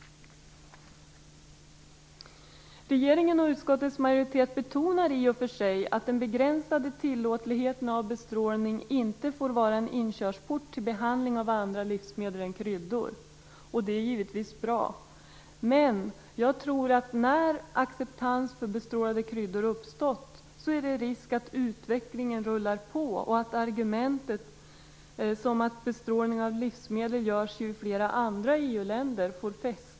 Regeringen och utskottets majoritet betonar i och för sig att bestrålningens begränsade tillåtlighet inte får bli en inkörsport till behandling av andra livsmedel än kryddor, och det är givetvis bra. Men jag tror att det när acceptans för bestrålade kryddor uppstått är risk för att utvecklingen rullar på och att argumentet om att bestrålning av livsmedel görs i flera andra EU-länder får fäste.